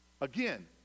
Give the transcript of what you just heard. Again